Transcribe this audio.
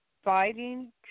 Fighting